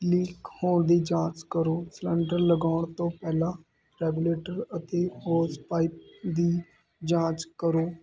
leak ਹੋਣ ਦੀ ਜਾਂਚ ਕਰੋ ਸਲੰਡਰ ਲਗਾਉਣ ਤੋਂ ਪਹਿਲਾਂ ਰੈਗੂਲੇਟਰ ਅਤੇ ਔਸ ਪਾਈਪ ਦੀ ਜਾਂਚ ਕਰੋ